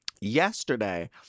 Yesterday